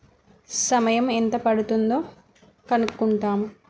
సమయం ఎంత పడుతుందో కనుక్కుంటాము